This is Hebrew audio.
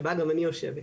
שבה גם אני יושבת,